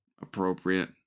appropriate